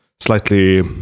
slightly